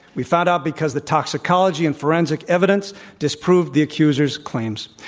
we found out because the toxicology and forensic evidence disproved the accuser's claims.